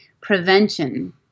prevention